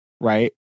right